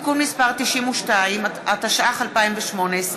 (תיקון מס' 92), התשע"ח 2018,